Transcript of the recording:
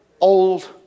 old